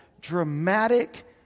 dramatic